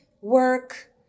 work